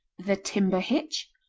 the timber-hitch,